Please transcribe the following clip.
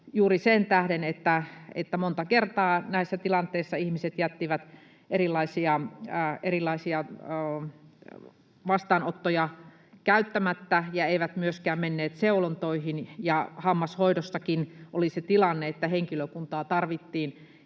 juuri sen tähden, että monta kertaa näissä tilanteissa ihmiset jättivät erilaisia vastaanottoja käyttämättä eivätkä myöskään menneet seulontoihin, ja hammashoidossakin oli se tilanne, että henkilökuntaa tarvittiin